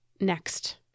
next